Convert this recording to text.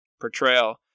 portrayal